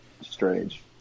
strange